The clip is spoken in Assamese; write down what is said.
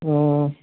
অঁ